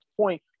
point